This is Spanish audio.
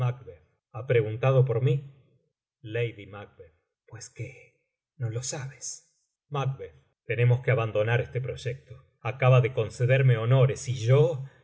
ha preguntado por mí pues qué no lo sabes tenemos que abandonar este proyecto acaba de concederme honores y yo